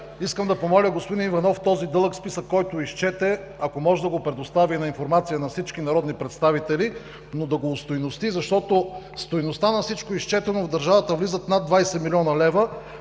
искам господин Иванов този дълъг списък, който изчете, ако може да го предостави като информация на всички народни представители, но да го стойности, защото стойността на всичко изчетено… В държавата влизат над 20 милиона лв.,